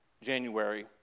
January